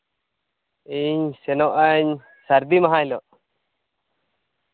ᱤᱧ ᱥᱮᱱᱚᱜ ᱟᱹᱧ ᱥᱟᱹᱨᱫᱤ ᱢᱟᱦᱟ ᱦᱤᱞᱳᱜ